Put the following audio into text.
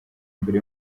imbere